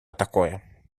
такое